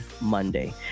Monday